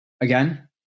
again